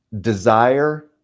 Desire